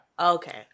Okay